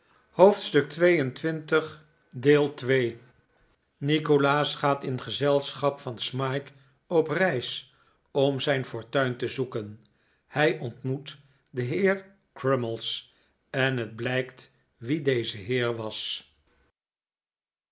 hoofdstuk xxii nikolaas gaat in gezelschap van smike op reis om zijn fortuin te zoeken hi ontmoet den heer crummies en het blijkt wie deze heer was